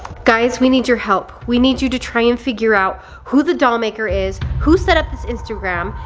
guys, we need your help. we need you to try and figure out who the doll maker is, who set up this instaram,